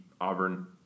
Auburn